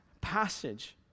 passage